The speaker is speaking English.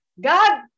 God